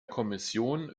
kommission